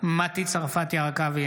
מטי צרפתי הרכבי,